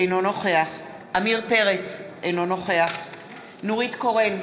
אינו נוכח עמיר פרץ, אינו נוכח נורית קורן,